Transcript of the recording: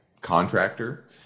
contractor